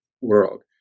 world